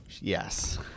Yes